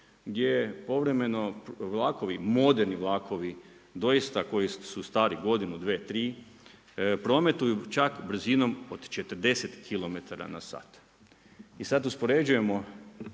gdje povremeno vlakovi, moderni vlakovi doista koji su stari godinu, dvije, tri prometuju čak brzinom od 40 km/h. I sad uspoređujemo,